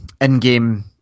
in-game